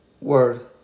word